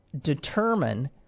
determine